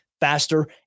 faster